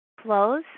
Clothes